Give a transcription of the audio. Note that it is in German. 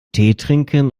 teetrinken